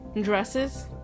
dresses